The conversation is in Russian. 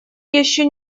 еще